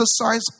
exercise